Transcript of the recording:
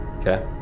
Okay